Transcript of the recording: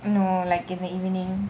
no like in the evening